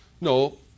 No